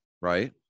right